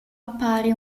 appare